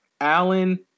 Allen